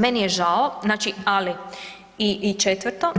Meni je žao, znači ali i četvrto